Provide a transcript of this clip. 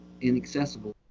inaccessible